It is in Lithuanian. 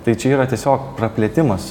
tai čia yra tiesiog praplėtimas